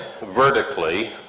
vertically